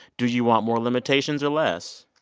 do you want more limitations or less?